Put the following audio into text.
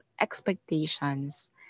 expectations